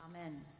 Amen